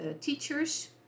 Teachers